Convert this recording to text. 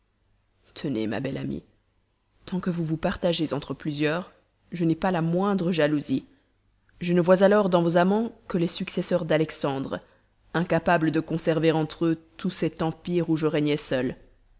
tenez ma belle amie tant que vous vous partagez entre plusieurs je n'ai pas la moindre jalousie je ne vois alors dans vos amants que les successeurs d'alexandre incapables de conserver entre eux tous cet empire où je régnais seul